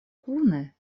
kune